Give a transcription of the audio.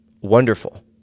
Wonderful